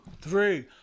three